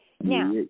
Now